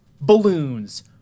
Balloons